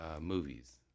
movies